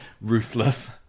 ruthless